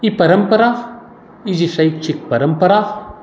ई परम्परा ई जे शैक्षिक परम्परा